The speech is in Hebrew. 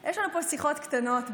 יש לנו פה שיחות קטנות במליאה.